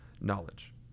knowledge